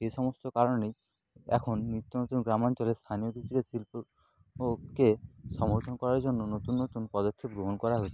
এই সমস্ত কারণেই এখন নিত্য নতুন গ্রামাঞ্চলে স্থানীয় কৃষিকাজ শিল্পকে সমর্থন করার জন্য নতুন নতুন পদক্ষেপ গ্রহণ করা হচ্ছে